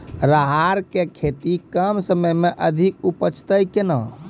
राहर की खेती कम समय मे अधिक उपजे तय केना?